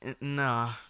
Nah